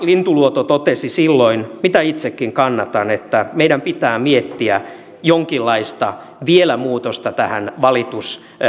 lintuluoto totesi silloin mitä itsekin kannatan että meidän pitää miettiä vielä jonkinlaista muutosta tähän valitusoikeuteen